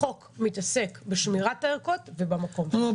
החוק מתעסק בשמירת הערכות ובמקום שלהן.